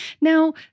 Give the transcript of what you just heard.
Now